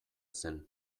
zen